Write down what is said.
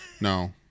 no